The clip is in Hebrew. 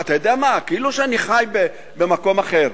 אתה יודע מה, כאילו אני חי במקום אחר.